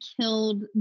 killed